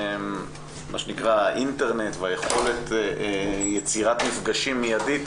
גם האינטרנט ויכולת יצירת המפגשים המידית